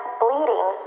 bleeding